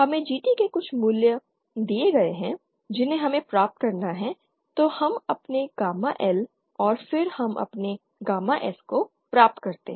हमें GT के कुछ मूल्य दिए गए हैं जिन्हें हमें प्राप्त करना है तो हम अपने गामा L और फिर हम अपने गामा S को प्राप्त करते हैं